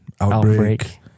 Outbreak